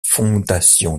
fondation